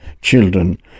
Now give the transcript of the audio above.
children